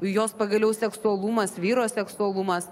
jos pagaliau seksualumas vyro seksualumas